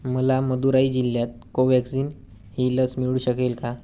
मला मदुराई जिल्ह्यात कोव्हॅक्सिन ही लस मिळू शकेल का